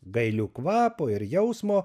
gailių kvapo ir jausmo